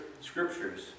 scriptures